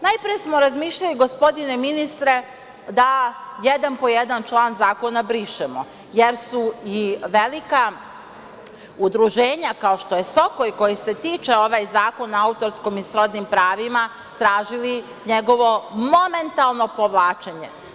Najpre smo razmišljali, gospodine ministre, da jedan po jedan član zakona brišemo, jer su i velika udruženja, kao što je Sokoj, kojih se tiče ovaj Zakon o autorskom i srodnim pravima, tražila njegovo momentalno povlačenje.